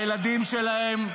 הילדים שלהם,